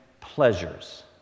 pleasures